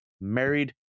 married